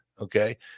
okay